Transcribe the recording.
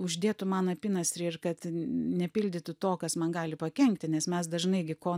uždėtų man apynasrį ir kad nepildytų to kas man gali pakenkti nes mes dažnai gi ko